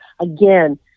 again